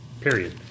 period